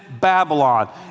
Babylon